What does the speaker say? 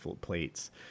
plates